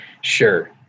Sure